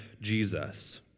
Jesus